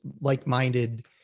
like-minded